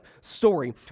story